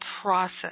process